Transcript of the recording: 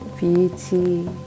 beauty